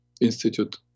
Institute